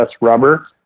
rubber